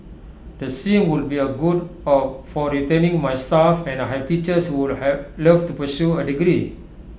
the sin would be A good of for retaining my staff and I have teachers who have love to pursue A degree